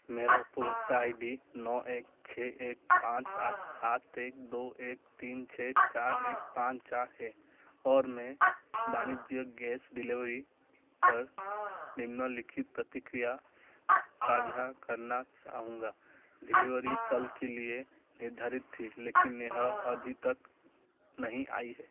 मेरा उपभोक्ता I D एक छः एक पाँच आठ सात एक दो एक तीन छः चार एक पाँच चार है और मैं वाणिज्यक गैस डिलेवरी पर निम्नलिखित प्रतिक्रिया साझा करना चाहूँगा डिलेवरी कल के लिए निर्धारित थी लेकिन यह अभी तक नहीं आई है